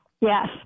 yes